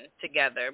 together